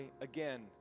again